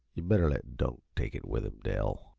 you better let dunk take it with him, dell,